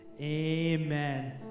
Amen